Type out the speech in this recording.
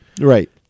Right